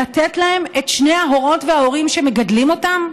לתת להם את שני ההורות וההורים שמגדלים אותם?